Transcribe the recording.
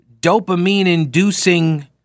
dopamine-inducing